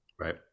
right